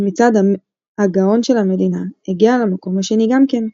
במצעד ה-Gaon של המדינה, הגיע למקום השני גם כן.